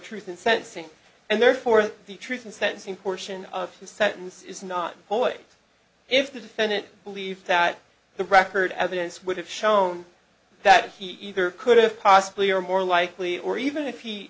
truth in sentencing and therefore the truth in sentencing portion of the sentence is not only if the defendant believed that the record evidence would have shown that he either could have possibly or more likely or even if he